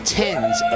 tens